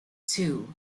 two